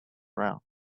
round